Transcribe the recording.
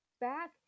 back